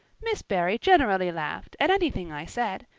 miss barry generally laughed at anything i said,